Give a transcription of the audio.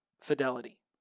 fidelity